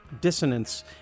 dissonance